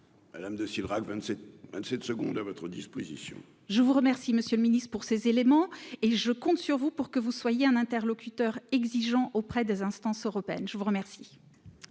Madame de Cidrac 27 un de secondes à votre disposition. Je vous remercie, Monsieur le Ministre, pour ces éléments et je compte sur vous pour que vous soyez un interlocuteur exigeant auprès des instances européennes, je vous remercie.